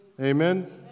Amen